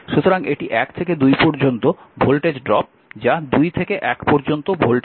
সুতরাং এটি 1 থেকে 2 পর্যন্ত ভোল্টেজ ড্রপ যা 2 থেকে 1 পর্যন্ত ভোল্টেজ বৃদ্ধির সমান